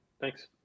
Thanks